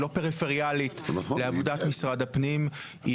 היא לא פריפריאלית לעבודת משרד הפנים.